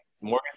Morgan